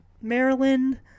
Maryland